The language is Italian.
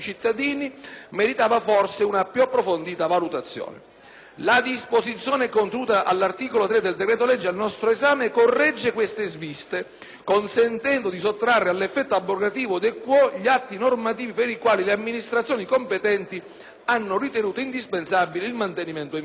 La disposizione contenuta all'articolo 3 del decreto-legge al nostro esame corregge queste sviste, consentendo di sottrarre all'effetto abrogativo *de quo* gli atti normativi per i quali le amministrazioni competenti hanno ritenuto indispensabile il mantenimento in vigore. Tra queste norme vi sono due disposizioni